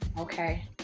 Okay